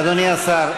רק שנייה, אדוני השר.